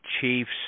chiefs